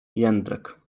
jędrek